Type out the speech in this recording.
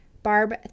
Barb